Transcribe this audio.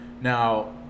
Now